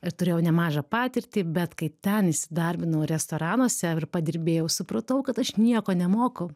ir turėjau nemažą patirtį bet kai ten įsidarbinau restoranuose ir padirbėjau supratau kad aš nieko nemoku